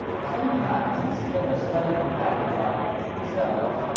sometimes, instead of studying matters out for themselves,